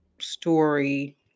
story